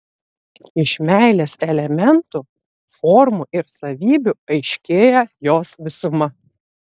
iš meilės elementų formų ir savybių aiškėja jos visuma